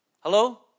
Hello